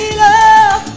love